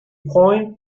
point